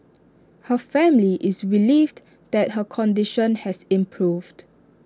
her family is relieved that her condition has improved